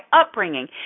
upbringing